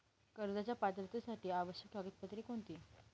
कर्जाच्या पात्रतेसाठी आवश्यक कागदपत्रे कोणती?